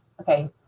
okay